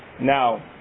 Now